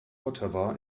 ottawa